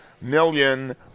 million